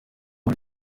iyo